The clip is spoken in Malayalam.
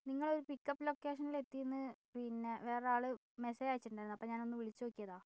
നിങ്ങൾ ഒരു പിക് അപ്പ് ലൊക്കേഷനിൽ എത്തിയെന്ന് പിന്നെ വേറൊരാള് മെസ്സേജ് അയച്ചിട്ടുണ്ടായിരുന്നു അപ്പോൾ ഞാൻ ഒന്ന് വിളിച്ചു നോക്കിയതാ